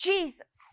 Jesus